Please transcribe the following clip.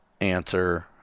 answer